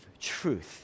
Truth